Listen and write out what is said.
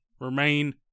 remain